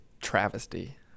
travesty